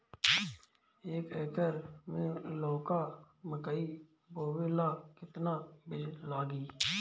एक एकर मे लौका मकई बोवे ला कितना बिज लागी?